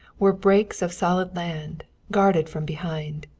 were breaks of solid land, guarded from behind.